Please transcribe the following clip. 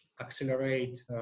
accelerate